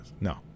No